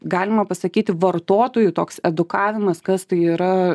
galima pasakyti vartotojų toks edukavimas kas tai yra